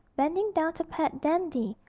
bending down to pat dandy,